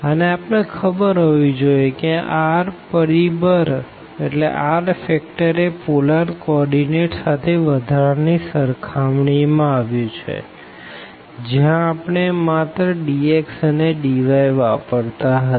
અને આપણે ખબર હોવી જોઈએ કે આ r પરિબળ એ પોલર કો ઓર્ડીનેટ સાથે વધારાની સરખામણી માં આવ્યુ છેજ્યાં આપણે માત્ર dx અને dy વાપરતા હતા